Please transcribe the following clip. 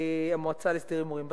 המועצה להסדר הימורים בספורט.